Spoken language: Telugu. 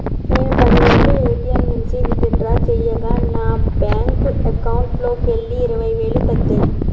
నేను పది వేలు ఏ.టీ.యం నుంచి విత్ డ్రా చేయగా నా బ్యేంకు అకౌంట్లోకెళ్ళి ఇరవై వేలు తగ్గాయి